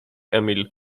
emil